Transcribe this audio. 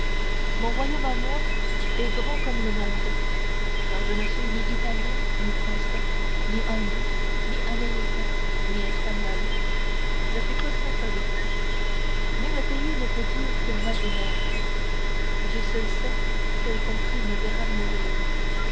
mon royaume à moi est grand comme le monde car je ne suis ni italien ni français ni hindou ni américain ni espagnol je suis cosmopolite nul pays ne peut dire qu'il m'a vu naître dieu seul sait quelle contrée me verra mourir